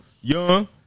young